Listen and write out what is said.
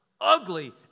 ugly